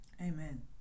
amen